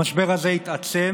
המשבר הזה התעצם